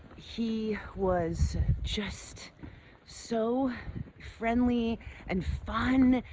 he was just so friendly and fun!